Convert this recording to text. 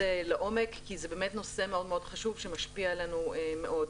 לעומק כי זה באמת נושא מאוד מאוד חשוב שמשפיע עלינו מאוד.